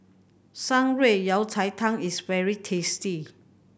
Shan Rui Yao Cai Tang is very tasty